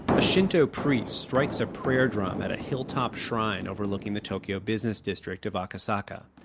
but a shinto priest strikes a prayer drum at a hilltop shrine overlooking the tokyo business district of akasaka.